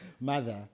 mother